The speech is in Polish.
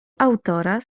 autora